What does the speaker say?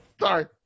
Sorry